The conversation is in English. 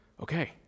okay